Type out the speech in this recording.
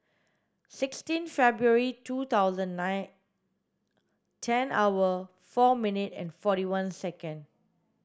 sixteen February two thousand nine ten hour four minute and forty one second